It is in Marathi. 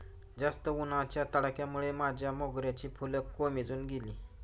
जास्त उन्हाच्या तडाख्यामुळे माझ्या मोगऱ्याची फुलं कोमेजून गेली